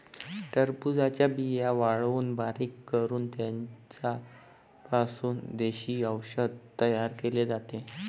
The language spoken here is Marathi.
टरबूजाच्या बिया वाळवून बारीक करून त्यांचा पासून देशी औषध तयार केले जाते